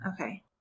Okay